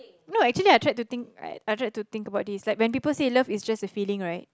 no actually I tried to think I tried to think when people say love is just a feeling right